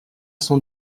son